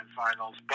finals